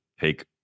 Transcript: take